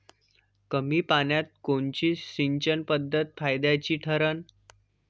कमी पान्यात कोनची सिंचन पद्धत फायद्याची ठरन?